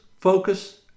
focus